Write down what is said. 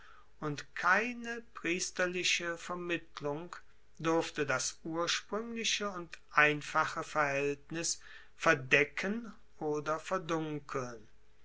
und keine priesterliche vermittlung durfte das urspruengliche und einfache verhaeltnis verdecken oder verdunkeln